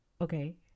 okay